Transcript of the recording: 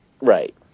Right